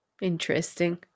Interesting